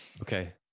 Okay